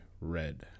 Red